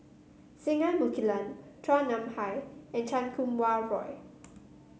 Singai Mukilan Chua Nam Hai and Chan Kum Wah Roy